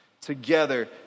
Together